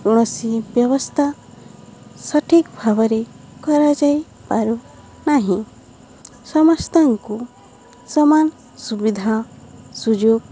କୌଣସି ବ୍ୟବସ୍ଥା ସଠିକ୍ ଭାବରେ କରାଯାଇ ପାରୁନାହିଁ ସମସ୍ତଙ୍କୁ ସମାନ ସୁବିଧା ସୁଯୋଗ